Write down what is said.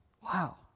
Wow